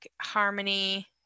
harmony